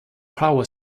power